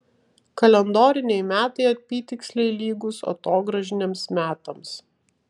kalendoriniai metai apytiksliai lygūs atogrąžiniams metams